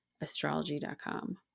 astrology.com